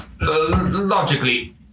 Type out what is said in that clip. Logically